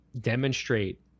demonstrate